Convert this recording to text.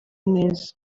neza